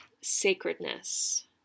sacredness